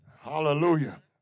Hallelujah